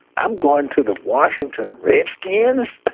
i'm gone to the washington redskins,